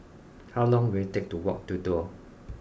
how long will it take to walk to Duo